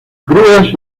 grúas